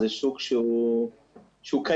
זה שוק שהוא קיים,